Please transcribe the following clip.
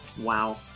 Wow